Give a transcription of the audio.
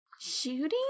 Shooting